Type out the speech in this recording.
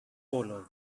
color